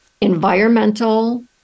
Environmental